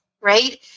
right